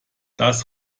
das